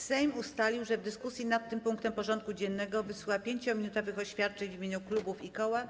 Sejm ustalił, że w dyskusji nad tym punktem porządku dziennego wysłucha 5-minutowych oświadczeń w imieniu klubów i koła.